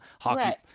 hockey